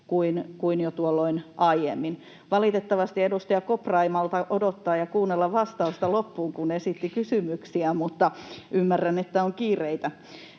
kuin jo tuolloin aiemmin. — Valitettavasti edustaja Kopra ei malta odottaa ja kuunnella vastausta loppuun, vaikka esitti kysymyksiä, mutta ymmärrän, että on kiireitä.